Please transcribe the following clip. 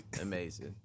Amazing